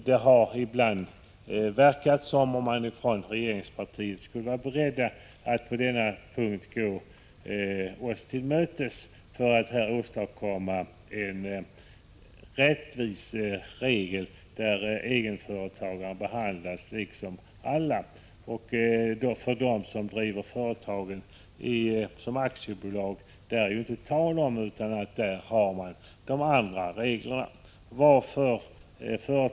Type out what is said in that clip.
Det har ibland verkat som om man från regeringspartiet skulle vara beredd att gå oss till mötes på denna punkt för att åstadkomma en rättvis regel, där egenföretagare behandlas på samma sätt som andra skattskyldiga. För dem som driver företag i aktiebolagsform är det inte tal om annat än att de andra reglerna skall tillämpas.